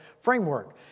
framework